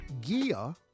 Gia